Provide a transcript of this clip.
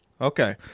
Okay